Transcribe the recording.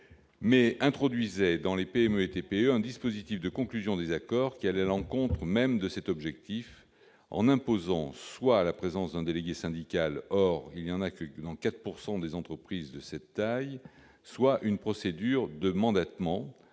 introduisait dans les PME et TPE un dispositif de conclusion des accords qui allait à l'encontre même de cet objectif en imposant soit la présence d'un délégué syndical- or, il n'y en a que dans 4 % des entreprises de cette taille -, soit une procédure de mandatement,